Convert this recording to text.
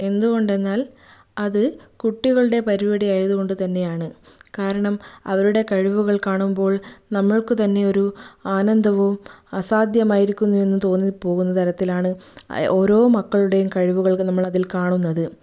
എന്തുകൊണ്ടെന്നാൽ അത് കുട്ടികളുടെ പരിപാടി ആയതു കൊണ്ടു തന്നെയാണ് കാരണം അവരുടെ കഴിവുകൾ കാണുമ്പോൾ നമുക്ക് തന്നെയൊരു ആനന്ദവും അസാധ്യമായിരിക്കുന്നു എന്ന് തോന്നിപ്പോകുന്ന തരത്തിലാണ് ഓരോ മക്കളുടെയും കഴിവുകൾ അതിൽ കാണുന്നത്